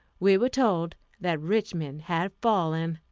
we were told that richmond had fallen.